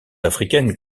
africaines